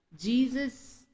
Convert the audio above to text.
Jesus